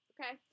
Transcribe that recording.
Okay